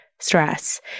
stress